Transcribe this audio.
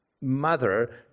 mother